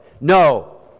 No